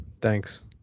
thanks